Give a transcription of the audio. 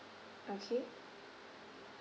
okay